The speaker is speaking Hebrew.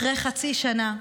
אחרי חצי שנה,